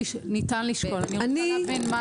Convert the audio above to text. יש לשקול העמדה לדין.